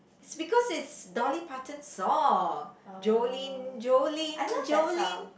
is because it's Dolly-Parton song Jolene Jolene Jolene